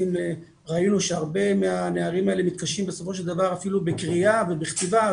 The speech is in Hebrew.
ראינו שהרבה מהנערים האלה מתקשים בסופו של דבר אפילו בקריאה ובכתיבה,